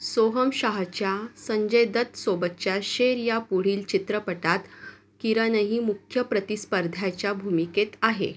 सोहम शाहच्या संजय दत्त सोबतच्या शेर या पुढील चित्रपटात किरण ही मुख्य प्रतिस्पर्ध्याच्या भूमिकेत आहे